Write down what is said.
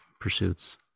pursuits